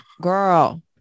girl